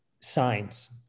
signs